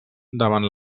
davant